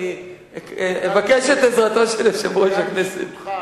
אני אבקש את עזרתו של יושב-ראש הכנסת,